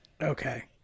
okay